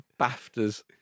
Baftas